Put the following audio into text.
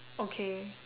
okay